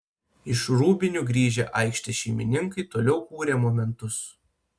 iš rūbinių grįžę aikštės šeimininkai toliau kūrė momentus